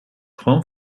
gewoon